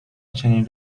چنین